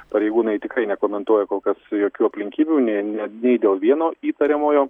pareigūnai tikrai nekomentuoja kol kas jokių aplinkybių ne ne neidėl vieno įtariamojo